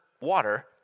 water